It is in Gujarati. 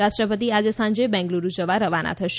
રાષ્ટ્રપતિ આજે સાંજે બેંગલુરૂ જવા રવાના થશે